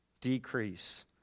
decrease